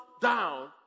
down